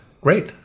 great